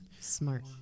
smart